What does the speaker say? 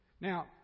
Now